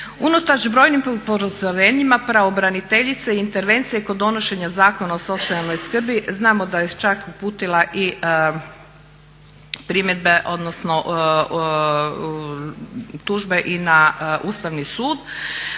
Unatoč brojim upozorenjima pravobraniteljica je intervencije kod donošenje Zakona o socijalnoj skrbi znamo da je čak uputila i primjedbe, odnosno tužbe i na Ustavni sud.